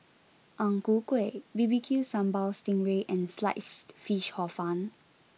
Ang Ku Kueh B B Q Sambal Sting Ray and Sliced Fish Hor Fun